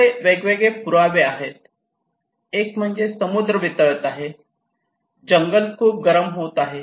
आपल्याकडे वेगवेगळे पुरावे आहेत एक म्हणजे समुद्र वितळत आहे जंगल खूप गरम होत आहे